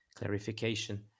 clarification